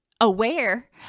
aware